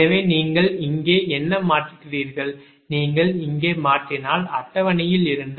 எனவே நீங்கள் இங்கே என்ன மாற்றுகிறீர்கள் நீங்கள் இங்கே மாற்றினால் அட்டவணையில் இருந்து